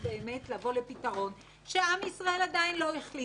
תבוא לפתרון שעם ישראל עדיין לא החליט עליו.